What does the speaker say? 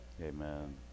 Amen